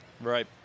Right